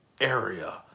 area